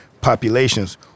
populations